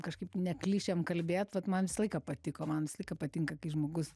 kažkaip ne klišėm kalbėt vat man visą laiką patiko man visą laiką patinka kai žmogus